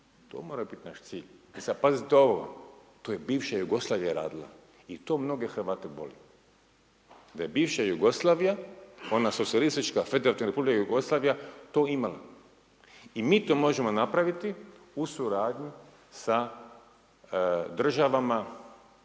To mora biti naš cilj. E sad pazite ovo, to je bivša Jugoslavija radila. I to mnoge Hrvate boli, da je bivša Jugoslavija, ona Socijalistička Federativna Republika Jugoslavija toga imala. I mi to možemo napraviti u suradnji sa državama